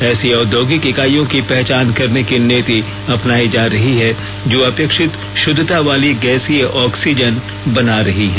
ऐसी औद्योगिक इकाइयों की पहचान करने की नीति अपनायी जा रही है जो अपेक्षित शुद्धता वाली गैसीय ऑक्सीजन बना रही हैं